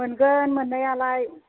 मोनगोन मोननायालाय